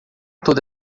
toda